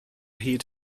hyd